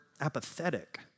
Apathetic